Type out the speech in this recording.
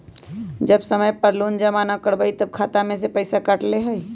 जब समय पर लोन जमा न करवई तब खाता में से पईसा काट लेहई?